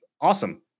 awesome